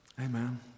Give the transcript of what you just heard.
Amen